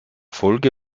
folge